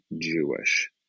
Jewish